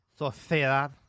Sociedad